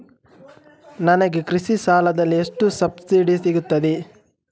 ನನಗೆ ಕೃಷಿ ಸಾಲದಲ್ಲಿ ಎಷ್ಟು ಸಬ್ಸಿಡಿ ಸೀಗುತ್ತದೆ?